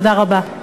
תודה רבה.